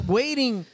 waiting